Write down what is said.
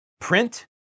print